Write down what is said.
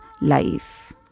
life